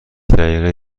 دقیقه